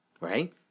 Right